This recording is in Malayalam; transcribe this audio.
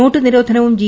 നോട്ടു നിരോധവും ജി